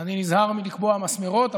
אני נזהר מלקבוע מסמרות,